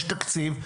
יש תקציב,